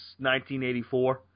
1984